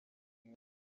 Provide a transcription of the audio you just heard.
umwe